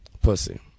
Pussy